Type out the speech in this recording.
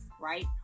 right